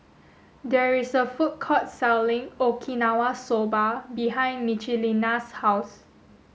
there is a food court selling Okinawa Soba behind Michelina's house